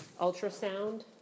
ultrasound